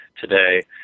today